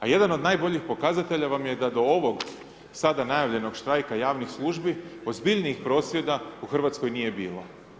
A jedan od najboljih pokazatelja vam je, da do ovog sada najavljenog štrajka javnih služi, ozbiljnijih prosvjeda u Hrvatskoj nije bilo.